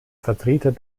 vertreter